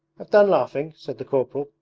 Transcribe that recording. have done laughing said the corporal.